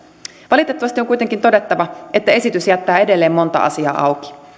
valitettavasti on kuitenkin todettava että esitys jättää edelleen monta asiaa auki